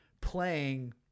playing